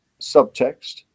subtext